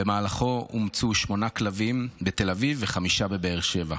במהלכו אומצו שמונה כלבים בתל אביב וחמישה בבאר שבע.